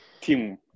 team